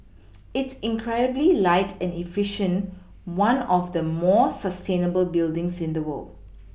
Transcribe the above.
it's incredibly light and efficient one of the more sustainable buildings in the world